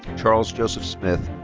charles joseph smith.